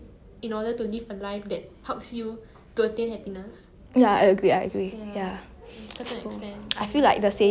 I feel like the saying is not very valid the what 钱不可以买幸福可以买开 like yeah yeah yeah that like that that saying it's just